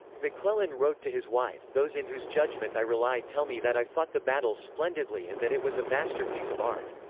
mcclellan wrote to his wife, those in whose judgment i rely tell me that i fought the battle splendidly and that it was a masterpiece of art.